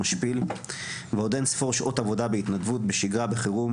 משפיל ועוד אין ספור שעות עבודה בהתנדבות בשגרה ובחירום,